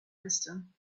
wisdom